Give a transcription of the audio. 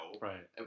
Right